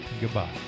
Goodbye